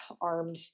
armed